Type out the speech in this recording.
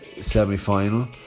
semi-final